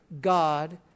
God